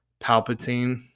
Palpatine